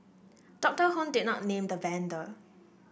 Doctor Hon did not name the vendor